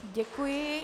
Děkuji.